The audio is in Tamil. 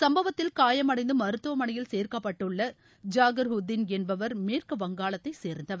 சம்பவத்தில் காயமடைந்து மருத்துவமனையில் சேர்க்கப்பட்டுள்ள ஜாகுர் உத்ஜின் என்பவர் மேற்கு வங்காளத்தை சேர்ந்தவர்